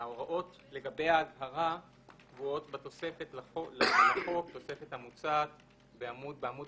ההוראות לגבי האזהרה קבועות בתוספת המוצעת לחוק בעמוד